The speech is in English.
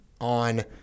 on